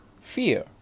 fear